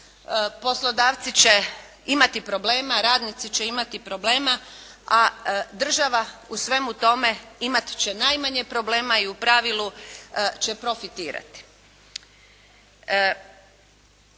Poslodavci će imati problema, radnici će imati problema, a država u svemu tome imat će najmanje problema i u pravilu će profitirati.